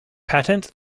patent